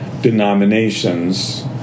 denominations